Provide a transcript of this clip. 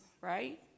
right